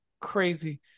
crazy